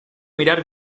mirar